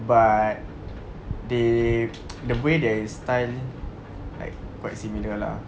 but they the way they style like quite similar lah